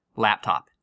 Laptop